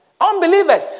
Unbelievers